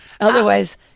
Otherwise